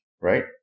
right